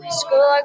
school